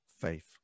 faith